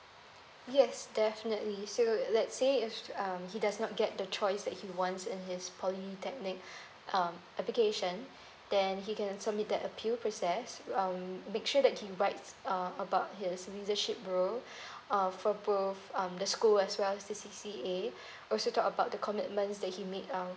yes definitely so let say if um he does not get the choice that he wants in his polytechnic um application then he can submit the appeal process um make sure that he writes err about his leadership role err for prove um the school as well the C_C_A also talk about the commitments that he made um